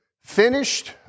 finished